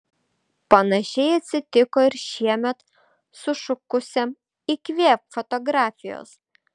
panašiai atsitiko ir šiemet sušukusiam įkvėpk fotografijos